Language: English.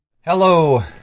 Hello